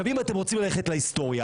אם אתם רוצים ללכת להיסטוריה,